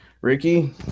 Ricky